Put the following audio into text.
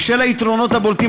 בשל היתרונות הבולטים,